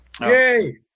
Yay